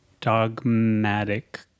dogmatic